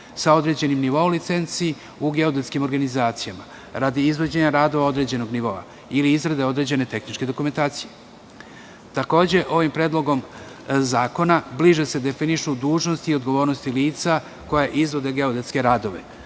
sa određenim nivoom licenci u geodetskim organizacijama, radi izvođenja radova određenog nivoa ili izrade određene tehničke dokumentacije. Takođe, ovim predlogom zakona bliže se definišu dužnosti i odgovornosti lica koja izvode geodetske radove.